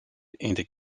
into